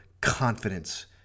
confidence